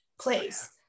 place